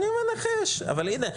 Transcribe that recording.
אני מנחש אבל הנה,